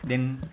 then